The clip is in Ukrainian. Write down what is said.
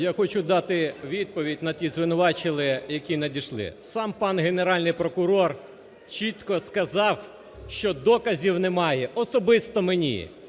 Я хочу дати відповідь на ті звинувачення, які надійшли, сам пан Генеральний прокурор чітко сказав, що доказів немає особисто мені.